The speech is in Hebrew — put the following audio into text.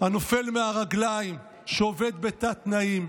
הנופל מהרגליים, שעובד בתת-תנאים,